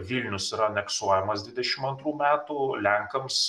vilnius yra aneksuojamas dvidešim antrų metų lenkams